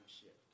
shift